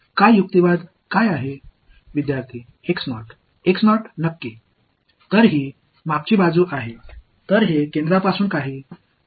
எனவே இது மையத்திலிருந்து தொலைவில் உள்ளது மற்ற ஒருங்கிணைப்பு கள் அதே மாதிரியாகவே இருக்கின்றன